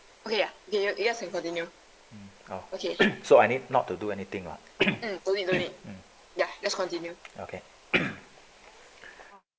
orh so I need not to do anything lah mm okay